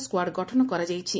squad ଗଠନ କରାଯାଇଛି